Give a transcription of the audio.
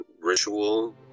ritual